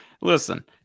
Listen